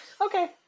Okay